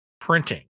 printing